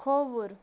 کھووُر